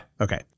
okay